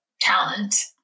talent